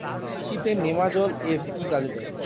কৃষি তে নেমাজল এফ কি কাজে দেয়?